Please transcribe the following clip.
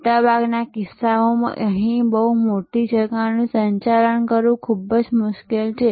મોટા ભાગના કિસ્સાઓમાં અહીં બહુ મોટી જગાનું સંચાલન કરવું ખૂબ જ મુશ્કેલ છે